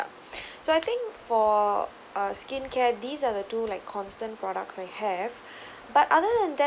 so I think for uh skin care these are the two like constant products I have but other than that